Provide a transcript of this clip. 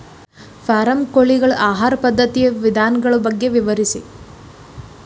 form ಕೋಳಿಗಳ ಆಹಾರ ಪದ್ಧತಿಯ ವಿಧಾನಗಳ ಬಗ್ಗೆ ವಿವರಿಸಿ